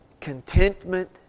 contentment